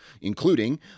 including